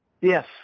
Yes